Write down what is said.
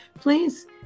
please